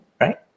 right